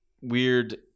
weird